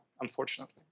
unfortunately